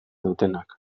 dutenak